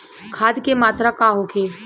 खाध के मात्रा का होखे?